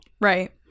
right